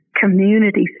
community